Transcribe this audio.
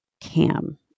Cam